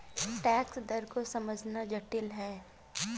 tax दर को समझना जटिल है